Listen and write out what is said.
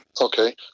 Okay